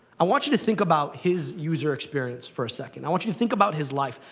i want you to think about his user experience for a second. i want you to think about his life.